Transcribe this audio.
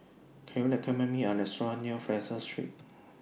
Can YOU recommend Me A Restaurant near Fraser Street